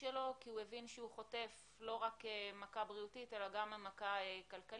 שלו כי הוא הבין שהוא חוטף לא רק מכה בריאותית אלא גם מכה כלכלית,